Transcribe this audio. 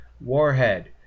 Warhead